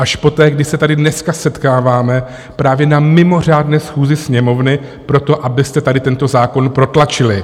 Až poté, kdy se tady dneska setkáváme právě na mimořádné schůzi Sněmovny proto, abyste tady tento zákon protlačili.